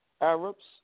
Arabs